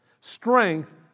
Strength